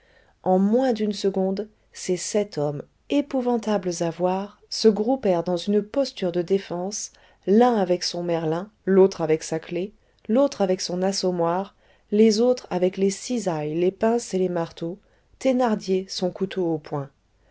en moins d'une seconde ces sept hommes épouvantables à voir se groupèrent dans une posture de défense l'un avec son merlin l'autre avec sa clef l'autre avec son assommoir les autres avec les cisailles les pinces et les marteaux thénardier son couteau au poing